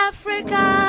Africa